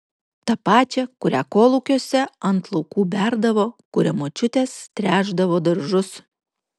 tą pačią kurią kolūkiuose ant laukų berdavo kuria močiutės tręšdavo daržus